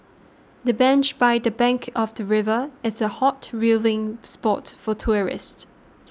the bench by the bank of the river is a hot viewing spot for tourists